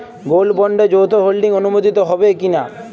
Gold বন্ডে যৌথ holding অনুমোদিত হবে কিনা?